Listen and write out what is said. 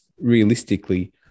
realistically